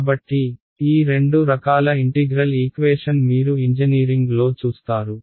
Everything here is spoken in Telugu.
కాబట్టి ఈ రెండు రకాల ఇంటిగ్రల్ ఈక్వేషన్ మీరు ఇంజనీరింగ్ లో చూస్తారు